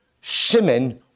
Shimon